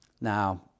now